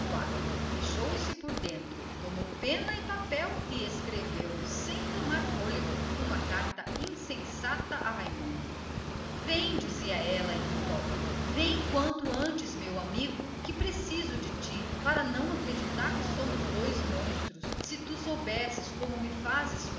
quarto fechou-se por dentro tomou pena e papel e escreveu sem tomar fôlego uma enorme carta ao rapaz vem dizia-lhe vem quanto antes meu amigo que preciso de ti para não acreditar que somos dois monstros se soubesses como me fazes